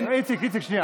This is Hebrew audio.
איציק, איציק, שנייה.